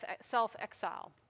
self-exile